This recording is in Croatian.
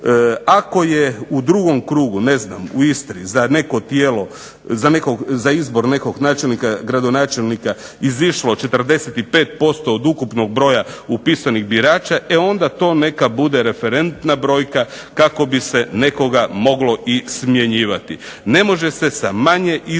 ako je u drugom krugu u Istri za izbor nekog načelnika, gradonačelnika izašlo 45% od ukupnog broja upisanih birača e onda to neka bude referentna brojka kako bi se nekoga moglo i smjenjivati. Ne može se sa manje izišlih